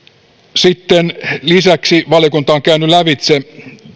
sitten lisäksi valiokunta on käynyt lävitse